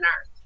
earth